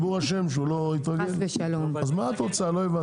אם הציבור לא רוצה את השירות, אין בעיה.